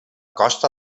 costa